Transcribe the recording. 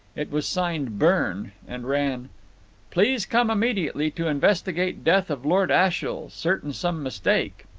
it was signed byrne, and ran please come immediately to investigate death of lord ashiel certain some mistake.